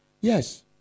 Yes